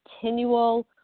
continual